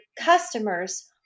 customers